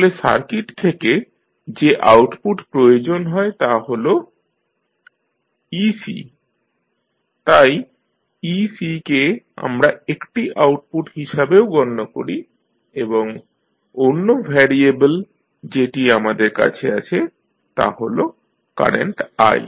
তাহলে সার্কিট থেকে যে আউটপুট প্রয়োজন হয় তা' হল ec তাই ec কে আমরা একটি আউটপুট হিসাবেও গণ্য করি এবং অন্য ভ্যারিয়েবেল যেটি আমাদের কাছে আছে তা' হল কারেন্ট i